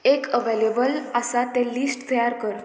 एक अवेलेबल आसा तें लिस्ट तयार कर